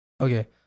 Okay